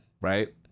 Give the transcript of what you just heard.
right